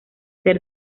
ser